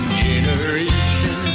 generation